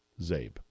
Zabe